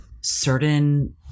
certain